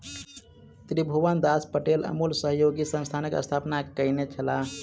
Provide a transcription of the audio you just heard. त्रिभुवनदास पटेल अमूल सहयोगी संस्थानक स्थापना कयने छलाह